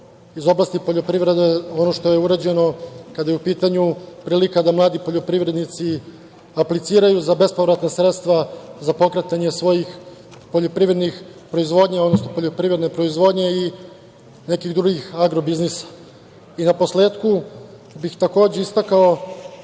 iz oblasti poljoprivrede ono što je urađeno kada je u pitanju prilika da mladi poljoprivrednici apliciraju za bespovratna sredstva za pokretanje svoje poljoprivredne proizvodnje i nekih drugih agro biznisa.I naposletku bih, takođe, istakao